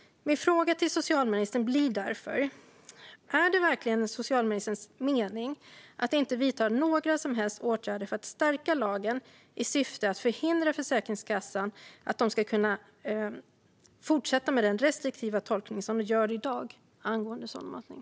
Min fråga till socialministern blir därför: Är det verkligen socialministerns mening att inte vidta några som helst åtgärder för att stärka lagen i syfte att förhindra Försäkringskassan att fortsätta med den restriktiva tolkning som man gör i dag när det gäller sondmatning?